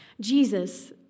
Jesus